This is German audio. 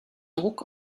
druck